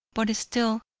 but still,